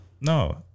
No